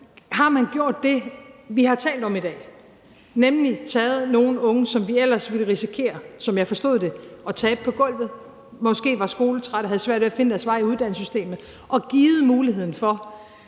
har man gjort det, vi har talt om i dag, nemlig givet nogle unge, som vi ellers ville risikere, som jeg forstod det, at tabe på gulvet – de var måske skoletrætte og havde svært ved at finde deres vej i uddannelsessystemet – muligheden for,